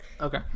Okay